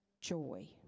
joy